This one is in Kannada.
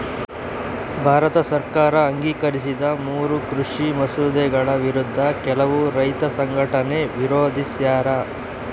ಭಾರತ ಸರ್ಕಾರ ಅಂಗೀಕರಿಸಿದ ಮೂರೂ ಕೃಷಿ ಮಸೂದೆಗಳ ವಿರುದ್ಧ ಕೆಲವು ರೈತ ಸಂಘಟನೆ ವಿರೋಧಿಸ್ಯಾರ